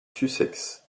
sussex